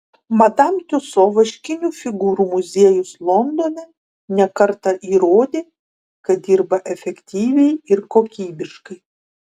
madam tiuso vaškinių figūrų muziejus londone ne kartą įrodė kad dirba efektyviai ir kokybiškai